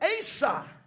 Asa